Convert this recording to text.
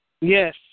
Yes